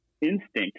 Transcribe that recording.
instinct